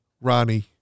Ronnie